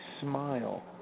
smile